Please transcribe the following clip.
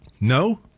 No